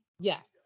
Yes